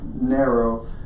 narrow